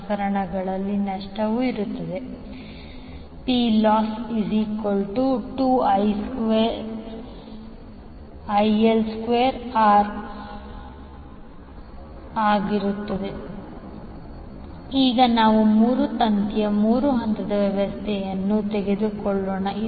ಪ್ರಸರಣದಲ್ಲಿ ನಷ್ಟವು ಇರುತ್ತದೆ Ploss2IL2R2RPL2VL2 Refer Slide Time 1859 ಈಗ ನಾವು 3 ತಂತಿ ಮೂರು ಹಂತದ ವ್ಯವಸ್ಥೆಯನ್ನು ತೆಗೆದುಕೊಳ್ಳೋಣ